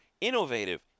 innovative